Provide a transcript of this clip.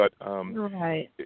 right